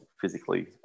physically